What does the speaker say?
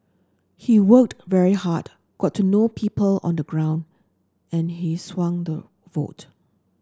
he worked very hard got to know people on the ground and he swung the vote